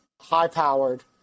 high-powered